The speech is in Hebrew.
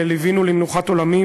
ליווינו למנוחת עולמים